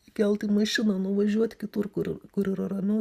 įkelt į mašiną nuvažiuot kitur kur kur yra ramiau